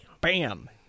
Bam